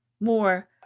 more